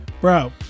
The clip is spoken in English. bro